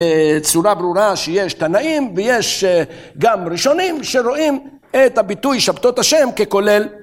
צורה ברורה שיש תנאים ויש גם ראשונים שרואים את הביטוי שבתות השם ככולל